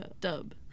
dub